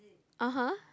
(uh huh)